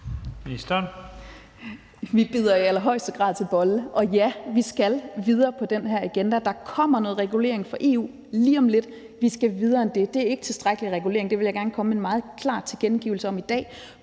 Vi bider i allerhøjeste grad til bolle, og ja, vi skal videre med den her agenda. Der kommer en lovregulering fra EU lige om lidt, men vi skal videre end det. Det er ikke tilstrækkelig regulering. Det vil jeg gerne komme med en meget klar tilkendegivelse af i dag.